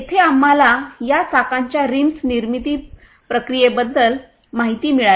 येथे आम्हाला या चाकांच्या रिम्सच्या निर्मिती प्रक्रियेबद्दल माहिती मिळाली